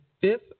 fifth